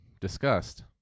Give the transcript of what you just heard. Discussed